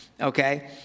okay